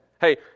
Hey